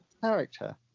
character